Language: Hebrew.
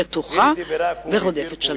בטוחה ורודפת שלום.